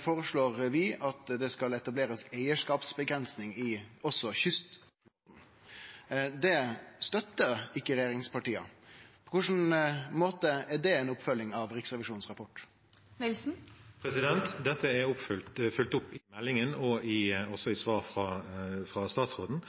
føreslår vi at det skal etablerast eigarskapsavgrensing også i kystfiskeflåten. Det støttar ikkje regjeringspartia. På kva måte er det ei oppfølging av Riksrevisjonens rapport? Dette er fulgt opp i meldingen og også i svar fra statsråden.